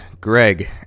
Greg